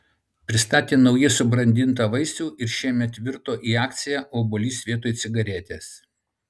pristatė naujai subrandintą vaisių ir šiemet virto į akciją obuolys vietoj cigaretės